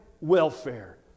welfare